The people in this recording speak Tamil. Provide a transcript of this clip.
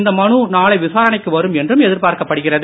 இந்த மனு நாளை விசாரணைக்கு வரும் என்றும் எதிர்பார்க்கப்படுகிறது